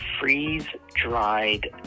freeze-dried